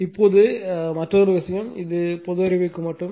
இப்போது மற்றொரு விஷயம் இது பொது அறிவுக்கு மட்டும்